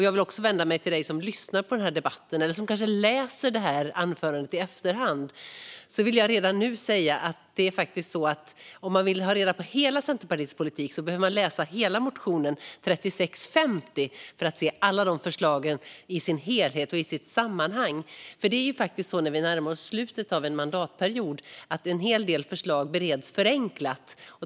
Jag vill även vända mig till dem som lyssnar till debatten eller kanske läser detta anförande i efterhand. Jag vill redan nu säga att om man vill få höra om Centerpartiets hela politik i ämnet behöver man läsa hela motion 3650. Där kan man se alla förslag i sin helhet och i sitt sammanhang. När vi närmar oss slutet av en mandatperiod bereds en hel del förslag nämligen förenklat.